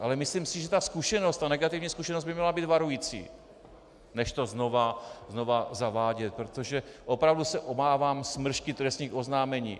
Ale myslím si, že ta zkušenost, ta negativní zkušenost by měla být varující, než to znova zavádět, protože opravdu se obávám smršti trestních oznámení.